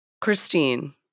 Christine